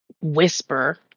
whisper